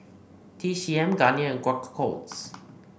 T C M Garnier and Quaker Oats